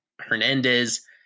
Hernandez